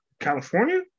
California